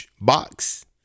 box